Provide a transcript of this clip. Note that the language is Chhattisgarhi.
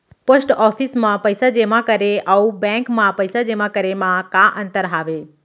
पोस्ट ऑफिस मा पइसा जेमा करे अऊ बैंक मा पइसा जेमा करे मा का अंतर हावे